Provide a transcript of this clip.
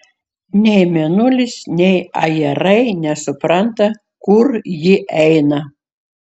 nei mėnulis nei ajerai nesupranta kur ji eina